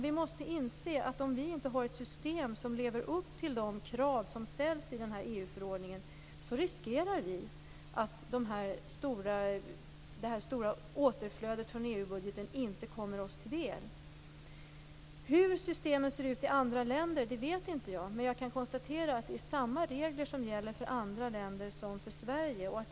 Vi måste dock inse att om vi inte har ett system som lever upp till de krav som ställs i den aktuella EU-förordningen, riskerar vi att det stora återflödet från EU-budgeten inte kommer oss till del. Hur systemet ser ut i andra länder vet jag inte, men jag kan konstatera att samma regler gäller för andra länder som för Sverige.